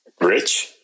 Rich